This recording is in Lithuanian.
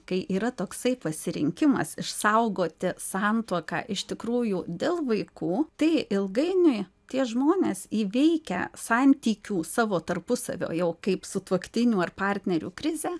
kai yra toksai pasirinkimas išsaugoti santuoką iš tikrųjų dėl vaikų tai ilgainiui tie žmonės įveikę santykių savo tarpusavio jau kaip sutuoktinių ar partnerių krizę